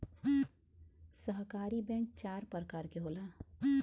सहकारी बैंक चार परकार के होला